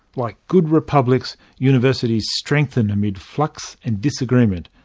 like good republics, universities strengthen amid flux and disagreement.